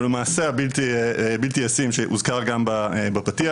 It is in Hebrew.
ולמעשה הבלתי ישים שהוזכר גם בפתיח